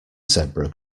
zebra